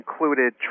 included